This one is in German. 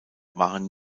waren